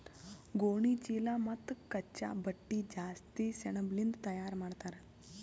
ಗೋಣಿಚೀಲಾ ಮತ್ತ್ ಕಚ್ಚಾ ಬಟ್ಟಿ ಜಾಸ್ತಿ ಸೆಣಬಲಿಂದ್ ತಯಾರ್ ಮಾಡ್ತರ್